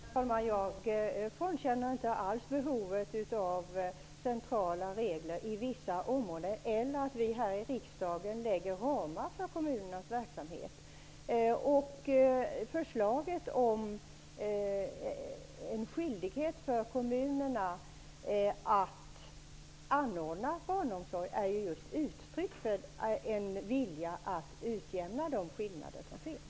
Herr talman! Jag frånkänner inte alls behovet av centrala regler på vissa områden eller att vi här i riksdagen kan fastställa ramar för kommunernas verksamhet. Förslaget om en skyldighet för kommunerna att anordna barnomsorg är just ett uttryck för viljan att utjämna de skillnader som finns.